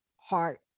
heart